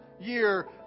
year